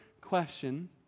question